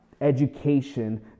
education